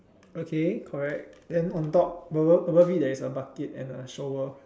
okay correct then on top above above it there's a bucket and a shovel